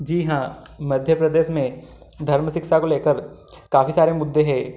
जी हाँ मध्य प्रदेश में धर्म शिक्षा को लेकर काफ़ी सारे मुद्दे है